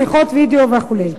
שיחות וידיאו וכו'.